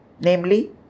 Namely